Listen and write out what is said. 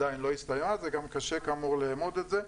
עדיין לא הסתייעה, זה גם קשה כאמור לאמוד את זה,